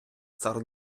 цар